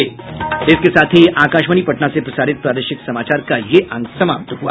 इसके साथ ही आकाशवाणी पटना से प्रसारित प्रादेशिक समाचार का ये अंक समाप्त हुआ